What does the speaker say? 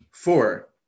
Four